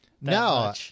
no